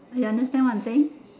are you understand what I'm saying